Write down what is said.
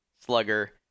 Slugger